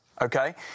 Okay